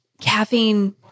caffeine